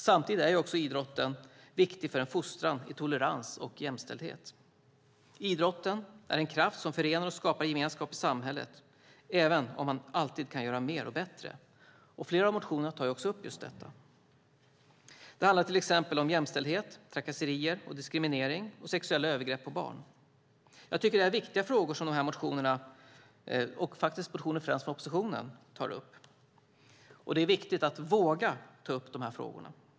Samtidigt är idrotten viktig för fostran i tolerans och jämställdhet. Idrotten är en kraft som förenar och skapar gemenskap i samhället, även om man alltid kan göra mer och bättre. Flera av motionerna tar också upp just detta. Det handlar till exempel om jämställdhet, trakasserier, diskriminering och sexuella övergrepp på barn. Jag tycker att det är viktiga frågor som dessa motioner tar upp, och de kommer faktiskt främst från oppositionen. Det är viktigt att våga ta upp dessa frågor.